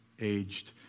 aged